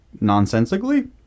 nonsensically